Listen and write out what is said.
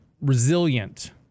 resilient